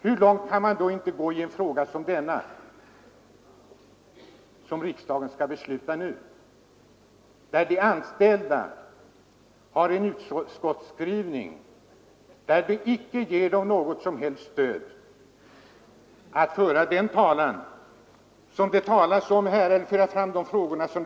Hur långt kan man då inte gå i en fråga som denna, som riksdagen skall besluta om nu, där utskottsskrivningen inte ger de anställda något som helst stöd att föra sin talan såsom exempelvis arbetsmarknadsstyrelsen förordar i fråga om utbildning av personal?